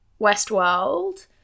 Westworld